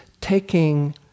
taking